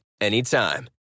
anytime